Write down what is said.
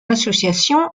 association